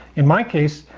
in my case,